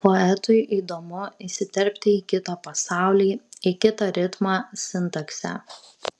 poetui įdomu įsiterpti į kito pasaulį į kitą ritmą sintaksę